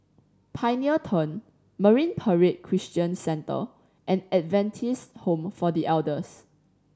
Pioneer Turn Marine Parade Christian Centre and Adventist Home for The Elders